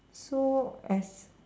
so as